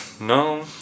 No